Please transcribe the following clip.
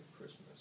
Christmas